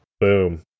Boom